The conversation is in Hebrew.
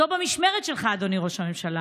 זאת המשמרת שלך, אדוני ראש הממשלה.